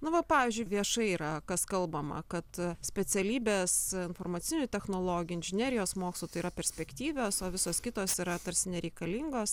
nu va pavyzdžiui viešai yra kas kalbama kad specialybės informacinių technologijų inžinerijos mokslų tai yra perspektyvios o visos kitos yra tarsi nereikalingos